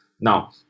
Now